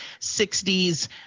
60s